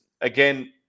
Again